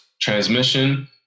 Transmission